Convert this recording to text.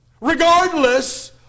regardless